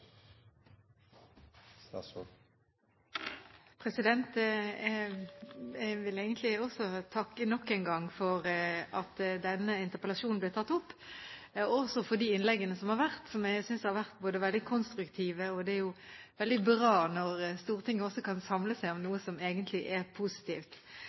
interpellasjonen ble tatt opp, og også for de innleggene som har vært, som jeg synes har vært veldig konstruktive. Det er jo veldig bra når Stortinget også kan samle seg om noe som egentlig er positivt.